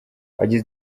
abagize